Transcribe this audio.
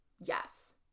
Yes